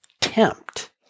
tempt